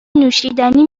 نوشیدنی